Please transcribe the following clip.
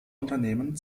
unternehmen